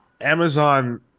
Amazon